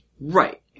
Right